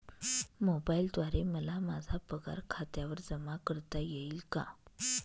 मोबाईलद्वारे मला माझा पगार खात्यावर जमा करता येईल का?